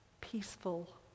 peaceful